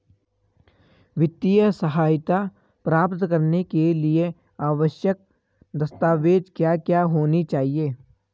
वित्तीय सहायता प्राप्त करने के लिए आवश्यक दस्तावेज क्या क्या होनी चाहिए?